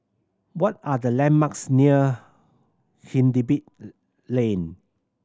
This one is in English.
what are the landmarks near Hindhede Lane